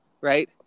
right